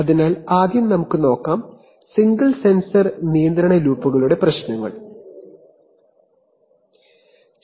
അതിനാൽ ആദ്യം single sensor നിയന്ത്രണ ലൂപ്പുകളുടെ പ്രശ്നങ്ങൾ നമുക്ക് നോക്കാം